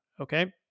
Okay